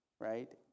right